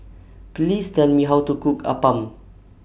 Please Tell Me How to Cook Appam